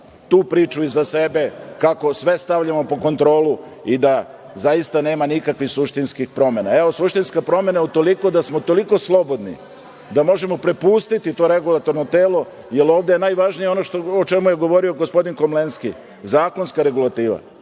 tu priču iza sebe, kako sve stavljamo pod kontrolu i da zaista nema nikakvih suštinskih promena. Evo, suštinska promena je utoliko da smo toliko slobodni da možemo prepustiti to regulatorno telo, jer ovde je najvažnije ono o čemu je govorio gospodin Komlenski, zakonska regulativa.